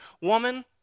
Woman